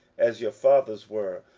as your fathers were,